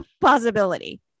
possibility